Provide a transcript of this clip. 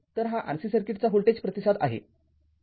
तर हा RC सर्किटचा व्होल्टेज प्रतिसाद आहे